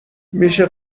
میشه